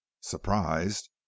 surprised